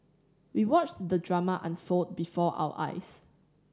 we watched the drama unfold before our eyes